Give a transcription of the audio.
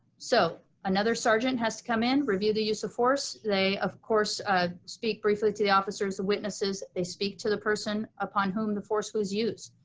so, another sergeant has to come in, review the use of force, they of course speak briefly to the officers, the witnesses, they speak to the person upon whom the force was used,